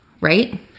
right